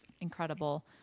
incredible